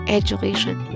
education